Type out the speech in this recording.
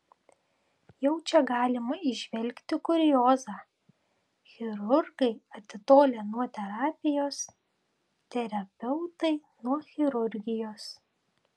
jau čia galima įžvelgti kuriozą chirurgai atitolę nuo terapijos terapeutai nuo chirurgijos